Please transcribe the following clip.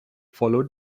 followed